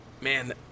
man